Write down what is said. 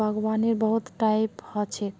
बागवानीर बहुत टाइप ह छेक